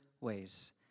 ways